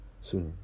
sooner